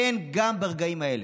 כן, גם ברגעים אלה.